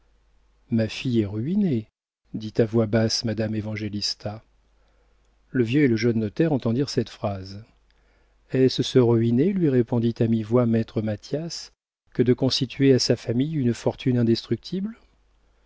ma fille est ruinée dit à voix basse madame évangélista le vieux et le jeune notaire entendirent cette phrase est-ce se ruiner lui répondit à mi-voix maître mathias que de constituer à sa famille une fortune indestructible